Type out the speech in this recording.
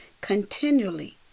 continually